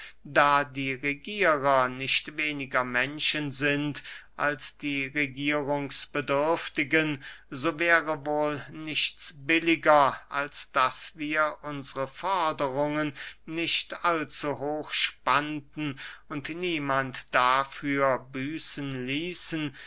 da die regierer nicht weniger menschen sind als die regierungsbedürftigen so wäre wohl nichts billiger als daß wir unsre forderungen nicht allzu hoch spannten und niemand dafür büßen ließen